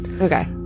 Okay